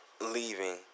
leaving